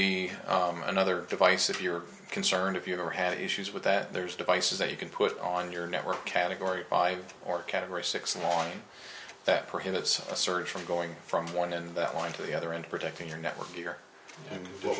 be another device if you're concerned if you've ever had issues with that there's devices that you can put on your network category five or category six and on that prohibits a surge from going from one in the one to the other end protecting your network here and